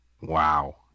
Wow